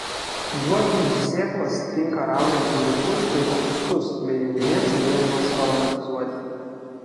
juodgrūdžių sėklos tinka raugiant agurkus ir kopūstus bei įvairiems gėrimams aromatizuoti